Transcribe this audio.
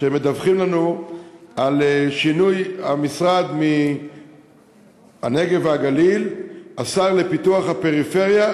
מדווחים לנו על שינוי המשרד מ"הנגב והגליל" ל"פיתוח הפריפריה,